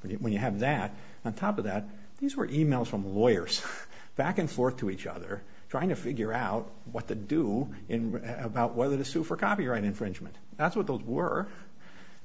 but when you have that on top of that these were emails from lawyers back and forth to each other trying to figure out what to do in about whether to sue for copyright infringement that's what the were